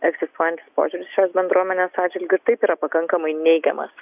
egzistuojantis požiūris šios bendruomenės atžvilgiu taip yra pakankamai neigiamas